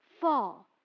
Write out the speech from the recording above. fall